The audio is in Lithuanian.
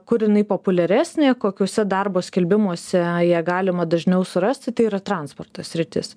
kur jinai populiaresnė kokiuose darbo skelbimuose ją galima dažniau surasti tai yra transporto sritis